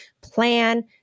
plan